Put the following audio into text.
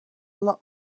lot